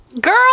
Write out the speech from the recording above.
Girl